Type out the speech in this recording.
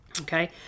Okay